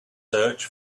search